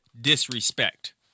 disrespect